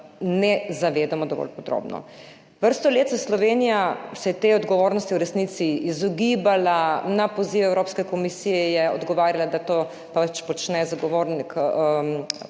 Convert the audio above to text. ne zavedamo dovolj podrobno. Vrsto let se je Slovenija te odgovornosti v resnici izogibala. Na poziv Evropske komisije je odgovarjala, da to pač počne Zagovornik